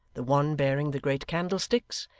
the one bearing the great candlesticks,